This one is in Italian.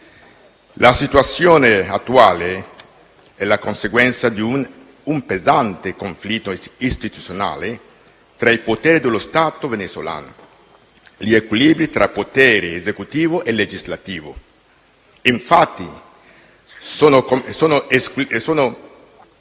La situazione attuale è la conseguenza di un pesante conflitto istituzionale tra i poteri dello Stato venezuelano. Gli equilibri tra potere esecutivo e potere legislativo, infatti, sono